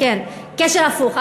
כן, קשר הפוך.